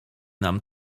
nam